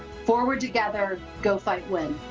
forward together. go, fight, win.